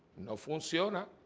know for sooner